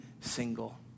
single